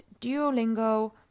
Duolingo